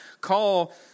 call